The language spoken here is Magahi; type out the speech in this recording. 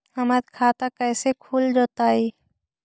हमर खाता कैसे खुल जोताई?